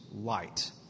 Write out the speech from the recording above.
light